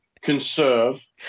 conserve